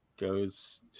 goes